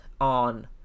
on